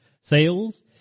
sales